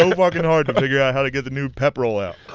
and fucking hard to figure out how to get the new pep roll out.